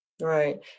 Right